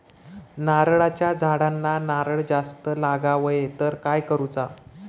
नारळाच्या झाडांना नारळ जास्त लागा व्हाये तर काय करूचा?